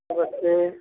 नमस्ते